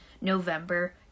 November